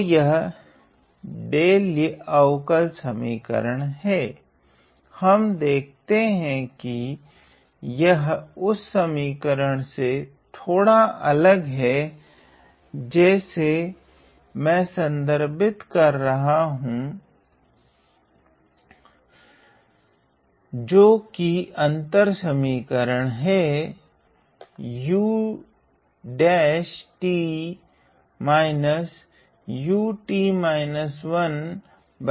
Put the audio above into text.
तो यह डेलेय अवकल समीकरण है हम देखते है की यह उस समीकरण से थोड़ा सा अलग है जसे मैं संदर्भित कर रहा हूँ जो की अंतर समीकरण हैं